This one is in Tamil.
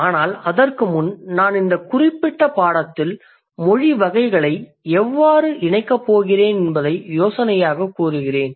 ஆனால் அதற்கு முன் நான் இந்தக் குறிப்பிட்ட பாடத்தில் மொழி வகைகளை எவ்வாறு இணைக்கப் போகிறேன் என்பதை யோசனையாகக் கூறுகிறேன்